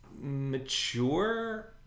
mature